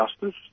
justice